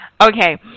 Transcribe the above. okay